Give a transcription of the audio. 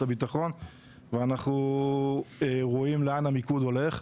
הביטחון ואנחנו רואים לאן המיקוד הולך.